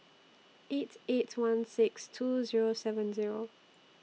eight eight one six two Zero seven Zero